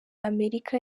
amerika